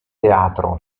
teatro